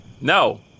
No